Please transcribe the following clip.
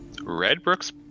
Redbrook's